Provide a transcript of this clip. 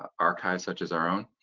archives such as our own,